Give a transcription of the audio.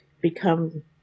become